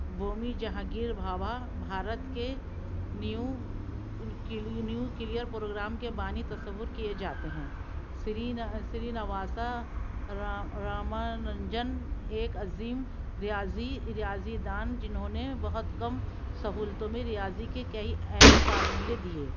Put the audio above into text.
بومی جہانگیر بھابھا بھارت کے نیو nuclear programme کے بانی تصور کیے جاتے ہیں سری سری نواسا راما ننجن ایک عظیم ریاضی ریاضی دان جنہوں نے بہت کم سہولتوں میں ریاضی کے کئی اہم فارمولے دیے